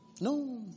No